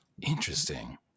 Interesting